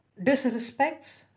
disrespects